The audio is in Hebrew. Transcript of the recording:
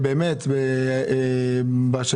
ואנחנו ממשיכים את סדרת הדיונים על שינויים בתקציב